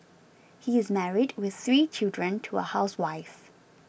he is married with three children to a housewife